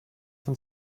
von